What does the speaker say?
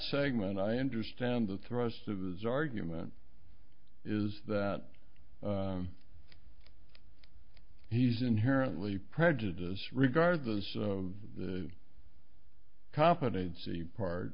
segment i understand the thrust of his argument is that he's inherently prejudice regardless of the competency part